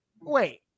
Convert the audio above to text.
wait